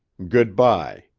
good-bye.